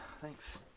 thanks